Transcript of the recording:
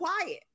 quiet